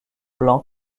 blanc